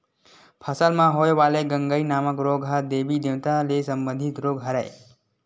फसल म होय वाले गंगई नामक रोग ह देबी देवता ले संबंधित रोग हरय